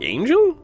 Angel